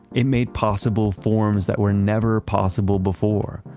it made possible forms that were never possible before,